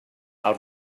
our